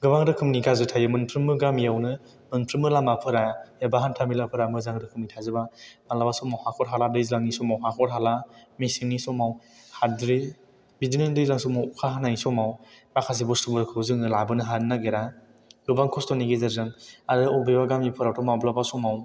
गोबां रोखोमनि गाज्रि थायो मोनफ्रोमबो गामियावनो मोनफ्रोमबो लामाफोरा एबा हान्थामेलाफोरा मोजां रोखोमनि थाजोबा मालाबा समाव हाखर हाला दैज्लांनि समाव हाखर हाला मेसेंनि समाव हाद्रि बिदिनो दैलां समाव अखा हानाय समाव माखासे बुस्तुफोरखौ जोङो लाबोनो हानो नागिरा गोबां खस्थ'नि गेजेरजों आरो बबेबा गामिफोरावथ' माब्लाब समाव